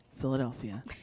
Philadelphia